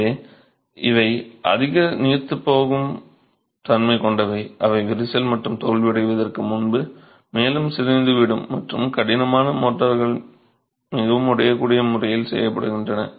எனவே இவை அதிக நீர்த்துப்போகும் தன்மை கொண்டவை அவை விரிசல் மற்றும் தோல்வியடைவதற்கு முன்பு மேலும் சிதைந்துவிடும் மற்றும் கடினமான மோர்ட்டார்கள் மிகவும் உடையக்கூடிய முறையில் செயல்படுகின்றன